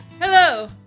Hello